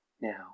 Now